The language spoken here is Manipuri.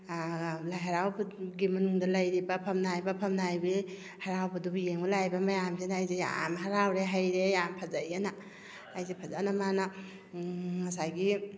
ꯑꯥ ꯂꯥꯏ ꯍꯔꯥꯎꯕꯒꯤ ꯃꯅꯨꯡꯗ ꯂꯩꯔꯤꯕ ꯐꯝꯅꯥꯏꯕ ꯐꯝꯅꯥꯏꯕꯤ ꯍꯔꯥꯎꯕꯗꯨꯕꯨ ꯌꯦꯡꯕ ꯂꯥꯛꯏꯕ ꯃꯌꯥꯝꯁꯤꯅ ꯑꯩꯁꯦ ꯌꯥꯝ ꯍꯔꯥꯎꯔꯦ ꯍꯩꯔꯦ ꯌꯥꯔꯦ ꯌꯥꯝ ꯐꯖꯩꯌꯦꯅ ꯑꯩꯁꯦ ꯐꯖꯅ ꯃꯅꯥ ꯉꯁꯥꯏꯒꯤ